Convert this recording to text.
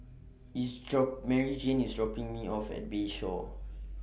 IS drop Maryjane IS dropping Me off At Bayshore